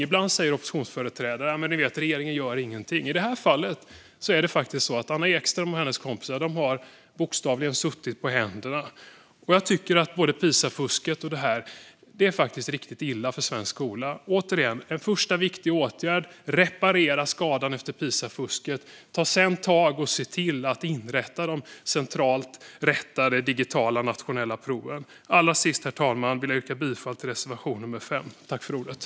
Ibland säger oppositionsföreträdare att regeringen inte gör något, men i det här fallet har Anna Ekström och hennes kompisar bokstavligt talat suttit på händerna. Jag tycker att både Pisafusket och detta är riktigt illa för svensk skola. En första viktig åtgärd vore som sagt att reparera skadan efter Pisafusket. Se sedan till att inrätta de digitala och centralt rättade nationella proven! Herr talman! Jag yrkar bifall till reservation nummer 5.